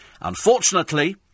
Unfortunately